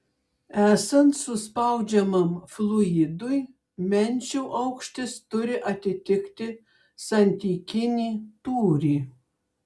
esant suspaudžiamam fluidui menčių aukštis turi atitikti santykinį tūrį